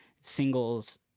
singles